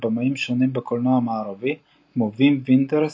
במאים שונים בקולנוע המערבי כמו וים ונדרס,,